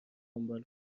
دنبال